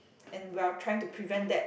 and while trying to prevent that